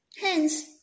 Hence